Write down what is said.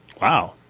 Wow